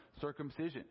circumcision